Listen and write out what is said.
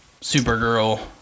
Supergirl